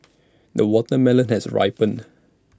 the watermelon has ripened